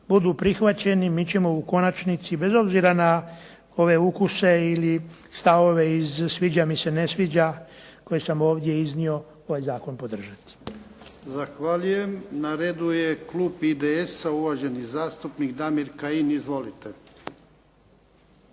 budu prihvaćeni, mi ćemo u konačnici bez obzira na ove ukuse ili stavove iz sviđa mi se ne sviđa, koje sam ovdje iznio ovaj zakon podržati.